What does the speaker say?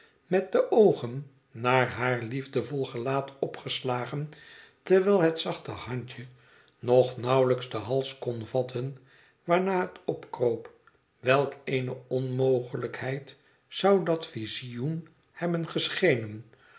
met de oogen naar haar liefdevol gelaat opgeslagen terwijl het zachte handje nog nauwelijks den hals kon vatten waarnaar het opkroop welk eene onmogelijkheid zou dat visioen hebben geschenenl